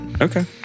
Okay